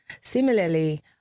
Similarly